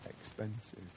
expensive